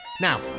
Now